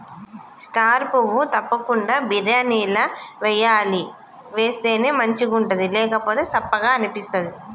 star పువ్వు తప్పకుండ బిర్యానీల వేయాలి వేస్తేనే మంచిగుంటది లేకపోతె సప్పగ అనిపిస్తది